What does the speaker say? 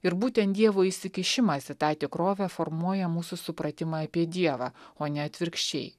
ir būtent dievo įsikišimas į tą tikrovę formuoja mūsų supratimą apie dievą o ne atvirkščiai